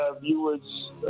viewers